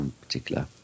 particular